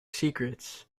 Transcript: secrets